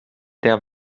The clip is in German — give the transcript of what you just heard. der